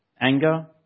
anger